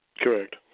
Correct